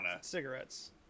cigarettes